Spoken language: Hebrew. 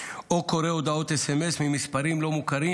או קורא הודעות סמס ממספרים לא מוכרים.